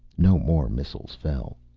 no more missiles fell.